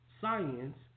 science